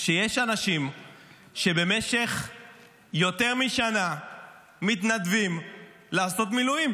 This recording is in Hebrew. שיש אנשים שבמשך יותר משנה מתנדבים לעשות מילואים.